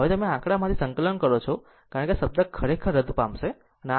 આમ જો તમે આમાંથી આ સંકલન કરો છો કારણ કે આ શબ્દ ખરેખર રદ પામશે